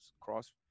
cross